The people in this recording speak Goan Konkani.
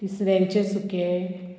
तिसऱ्यांचे सुकें